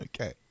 Okay